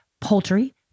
poultry